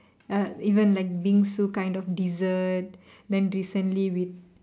uh even like Bingsu kind of dessert then recently we